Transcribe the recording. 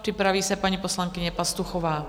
Připraví se paní poslankyně Pastuchová.